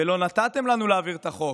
ולא נתתם לנו להעביר את החוק,